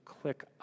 click